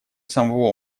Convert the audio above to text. самого